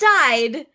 died